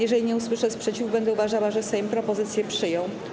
Jeżeli nie usłyszę sprzeciwu, będę uważała, że Sejm propozycje przyjął.